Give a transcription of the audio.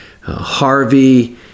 Harvey